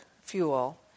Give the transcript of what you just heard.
fuel